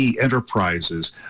Enterprises